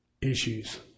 issues